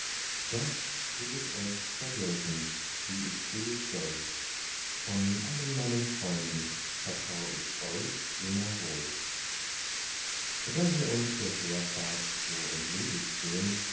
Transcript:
das will ich euch vergelten wie ich billig soll vor allen meinen freunden vertrau ich euch immer wohl da wir uns der heerfahrt so entledigt sehn